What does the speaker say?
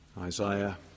Isaiah